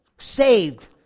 saved